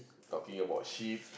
talking about sheep